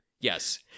yes